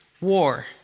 war